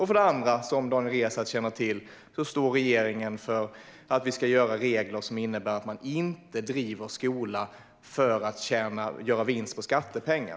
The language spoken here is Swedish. För det andra står regeringen för - som Daniel Riazat känner till - att det ska finnas regler som innebär att man inte driver skolor för att göra vinst på skattepengar.